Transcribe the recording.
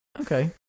okay